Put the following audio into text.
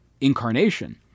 incarnation